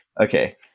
Okay